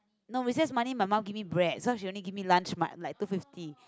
no recess money my mum give me bread so she only give lunch much like two fifty